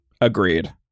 Agreed